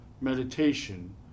meditation